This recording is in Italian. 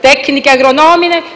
tecniche